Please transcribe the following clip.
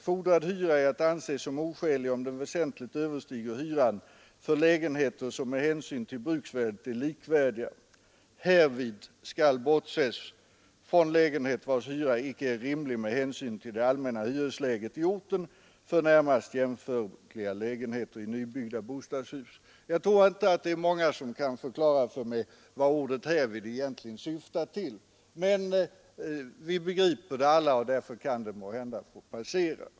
Fordrad hyra är att anses som oskälig, om den väsentligt överstiger hyran för lägenheter som med hänsyn till bruksvärdet är likvärdiga. Härvid skall bortses från lägenhet vars hyra icke är rimlig med hänsyn till det allmänna hyresläget i orten för närmast jämförliga lägenheter i nybyggda bostadshus.” Jag tror inte många kan förklara för mig vad ordet ”härvid” egentligen syftar på. Men vi begriper i detta fall ändå meningen och därför kan det måhända passera.